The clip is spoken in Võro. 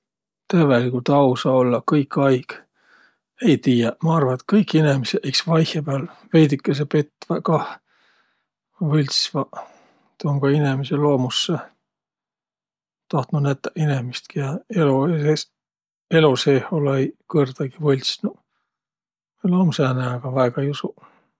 Tävveligult ausa ollaq kõikaig? Ei tiiäq, ma arva, et kõik inemiseq iks vaihõpääl veidükese petväq kah, võlssvaq, tuu um kah inemise loomussõh. Tahtnuq nätäq inemist, kiä elo- se- elo seeh olõ-õi kõrdagi võlssnuq. Või-ollaq um sääne, a väega ei usuq.